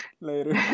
later